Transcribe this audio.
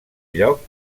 lloc